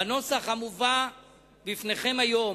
בנוסח המובא בפניכם היום,